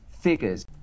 figures